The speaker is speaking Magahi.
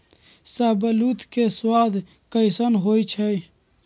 शाहबलूत के सवाद कसाइन्न होइ छइ